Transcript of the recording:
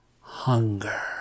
hunger